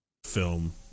film